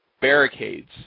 barricades